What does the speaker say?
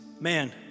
man